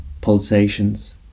pulsations